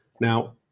Now